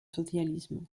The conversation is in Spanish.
socialismo